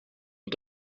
and